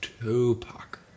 Tupac